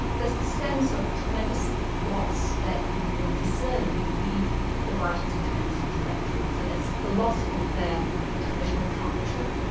there's a sense of tremendous loss that you will discern if you read the writings of chinese intellectuals, and it's the loss of their traditional culture,